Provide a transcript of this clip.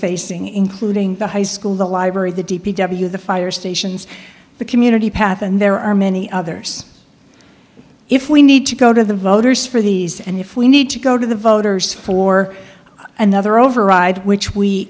facing including the high school the library the d p w the fire stations the community path and there are many others if we need to go to the voters for these and if we need to go to the voters for another override which we